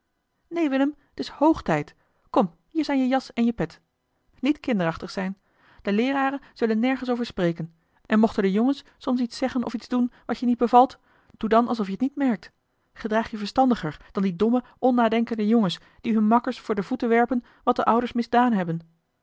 willem t is hoog tijd kom hier zijn je jas en je pet eli heimans willem roda niet kinderachtig zijn de leeraren zullen nergens over spreken en mochten de jongens soms iets zeggen of iets doen wat je niet bevalt doe dan alsof je het niet merkt gedraag je verstandiger dan die domme onnadenkende jongens die hun makkers voor de voeten werpen wat de ouders misdaan hebben